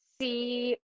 see